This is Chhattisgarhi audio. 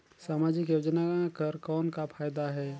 समाजिक योजना कर कौन का फायदा है?